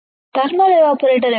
thermal evaporator ఎందుకు